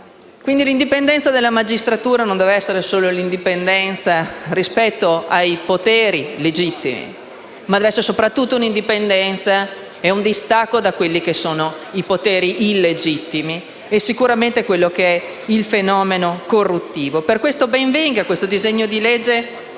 Quindi, l'indipendenza della magistratura non deve essere solo rispetto ai poteri legittimi. Deve essere soprattutto un'indipendenza e un distacco da quelli che sono i poteri illegittimi e sicuramente dal fenomeno corruttivo. Per questo ben venga il disegno di legge